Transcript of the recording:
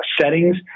settings